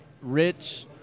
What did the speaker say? rich